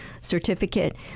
certificate